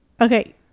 Okay